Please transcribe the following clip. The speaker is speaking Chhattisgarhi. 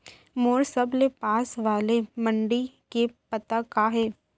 मोर सबले पास वाले मण्डी के पता का हे?